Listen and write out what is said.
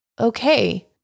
okay